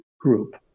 group